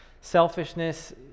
selfishness